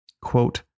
Quote